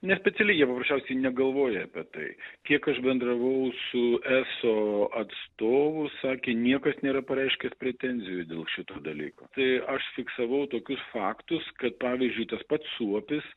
nespecialiai jie paprasčiausiai negalvoja apie tai kiek aš bendravau su eso atstovu sakė niekas nėra pareiškęs pretenzijų dėl šito dalyko tai aš fiksavau tokius faktus kad pavyzdžiui tas pats suopis